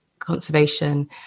conservation